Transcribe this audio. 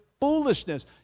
foolishness